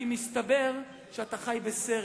כי מסתבר שאתה חי בסרט.